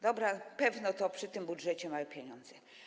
Dobra, pewno przy tym budżecie to małe pieniądze.